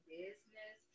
business